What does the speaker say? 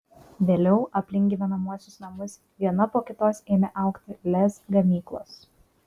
vėliau aplink gyvenamuosius namus viena po kitos ėmė augti lez gamyklos